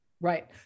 Right